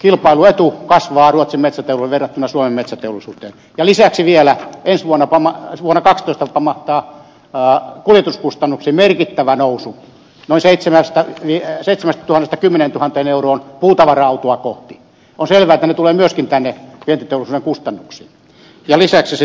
kilpailuetu kasvaa ruotsin metsät ovat verrattuna suomen metsäteollisuuteen ja lisäksi vielä ensi vuonna oma huone käski tappamatta ja kuljetuskustannuksiin merkittävä nousu noin seitsemänsataa miia seitsemäs lähtö kymmeneen tuhanteen euroon pulta varautua kohti on selvää tulee myöskin tänne kertoo sen kustannuksia ja lisäksi